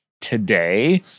today